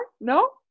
No